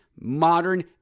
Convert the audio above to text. modern